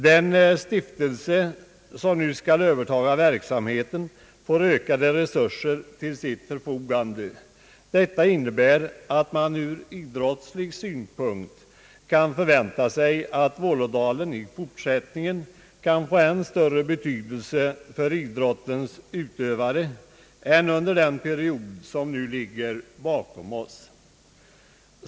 Den stiftelse som nu skall överta verksamheten får ökade resurser till sitt förfogande. Detta innebär att man ur idrottslig synpunkt kan förvänta att Vålådalen i fortsättningen skall få än större betydelse för idrottens utövare än under den period som nu ligger bakom oss.